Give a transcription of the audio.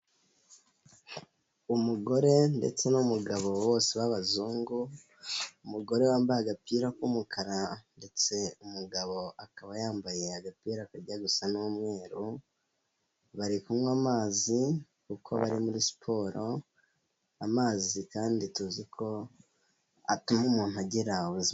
Umugore ndetse n'umugabo bose b'abazungu, umugore wambaye agapira k'umukara ndetse umugabo akaba yambaye agapira akajya gusa n'umweru, bari kunywa amazi kuko ari muri siporo, amazi kandi tuzi ko atuma umuntu agira ubuzima.